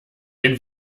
den